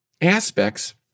aspects